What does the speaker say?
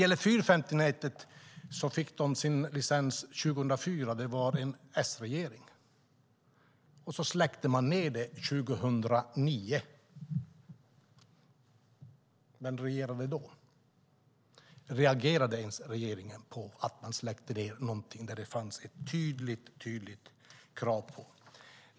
450-nätet fick sin licens 2004, under en S-regering. Sedan släckte man ned det 2009. Vem regerade då? Reagerade regeringen ens på att man släckte ned något som det fanns tydliga krav på.